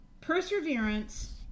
perseverance